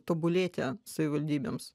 tobulėti savivaldybėms